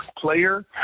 player